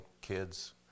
kids